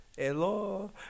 Hello